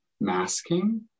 masking